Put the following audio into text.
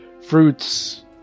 fruits